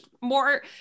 more